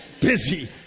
busy